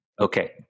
okay